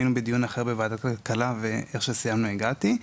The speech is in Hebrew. היינו בדיון אחר בוועדת הכלכלה וכשסיימנו הגעתי.